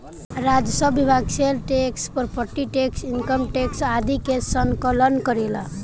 राजस्व विभाग sale tax property tax income tax आदि के संकलन करेला